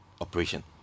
operation